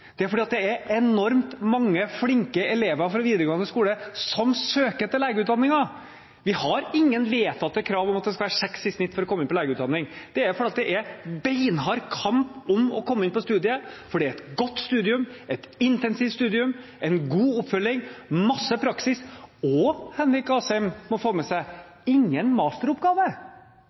det er fordi det er enormt mange flinke elever fra videregående skole som søker til legeutdanningen. Vi har ingen vedtatte krav om at man skal ha 6 i snitt for å komme inn på legeutdanningen. Det er fordi det er beinhard kamp om å komme inn på studiet, for det er et godt studium, et intensivt studium, med god oppfølging, mye praksis og – som Henrik Asheim må få med seg – ingen masteroppgave.